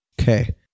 Okay